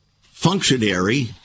functionary